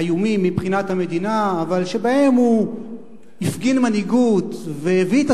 איומים מבחינת המדינה אבל שבהם הוא הפגין מנהיגות והביא את